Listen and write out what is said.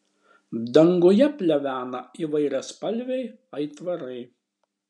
danguje plevena įvairiaspalviai aitvarai